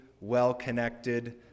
well-connected